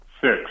Six